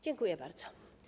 Dziękuję bardzo.